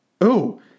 Oh